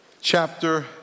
chapter